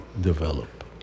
develop